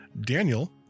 Daniel